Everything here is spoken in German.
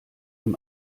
ihm